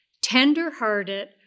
tenderhearted